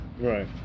Right